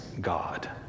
God